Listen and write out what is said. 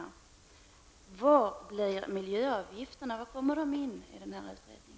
Var blir miljöavgifterna av, och var kommer de in i utredningen?